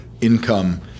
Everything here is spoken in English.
income